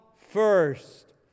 first